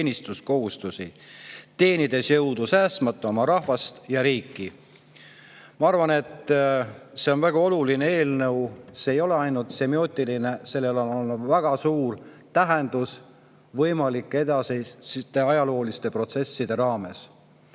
teenides jõudu säästmata oma rahvast ja riiki."Ma arvan, et see on väga oluline eelnõu. Sel ei ole ainult semiootiline [sisu], sellel on väga suur tähendus võimalike edasiste ajalooliste protsesside raames.